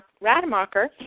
rademacher